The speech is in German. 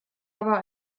aber